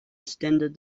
extended